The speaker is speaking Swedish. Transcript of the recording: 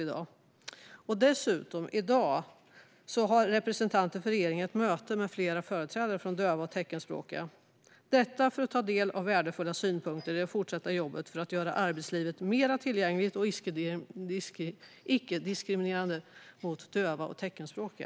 I dag har dessutom representanter för regeringen ett möte med flera företrädare för döva och teckenspråkiga. Detta för att ta del av värdefulla synpunkter i det fortsatta jobbet för att göra arbetslivet mer tillgängligt och icke-diskriminerande mot döva och teckenspråkiga.